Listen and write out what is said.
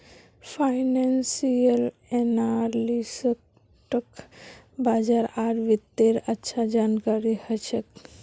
financial एनालिस्टक बाजार आर वित्तेर अच्छा जानकारी ह छेक